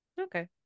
Okay